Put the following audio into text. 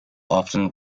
often